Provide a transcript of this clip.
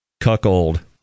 cuckold